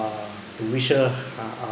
uh to wish her uh